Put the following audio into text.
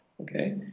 okay